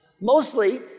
Mostly